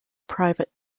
private